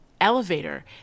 elevator